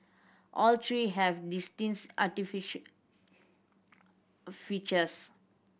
all three have features